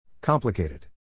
Complicated